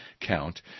count